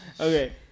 okay